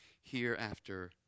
hereafter